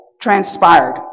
transpired